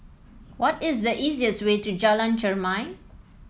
what is the easiest way to Jalan Chermai